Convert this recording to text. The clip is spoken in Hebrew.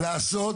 בבקשה,